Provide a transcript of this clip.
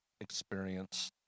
experience